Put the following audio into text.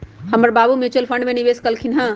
हमर बाबू mutual fund में निवेश कलखिंन्ह ह